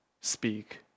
speak